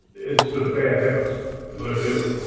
it's sort of bad habits learned early.